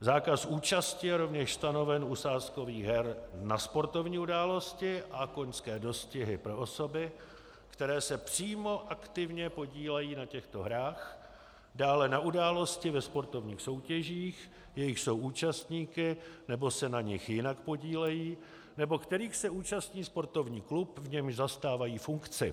Zákaz účasti je rovněž stanoven u sázkových her na sportovní události a koňské dostihy pro osoby, které se přímo aktivně podílejí na těchto hrách, dále na události ve sportovních soutěžích, jejichž jsou účastníky nebo se na nich jinak podílejí nebo kterých se účastní sportovní klub, v němž zastávají funkci.